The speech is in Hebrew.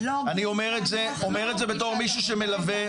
ואני אומר את זה בתור מישהו שמלווה.